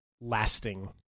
lasting